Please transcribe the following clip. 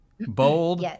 bold